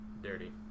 dirty